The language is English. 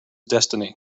destiny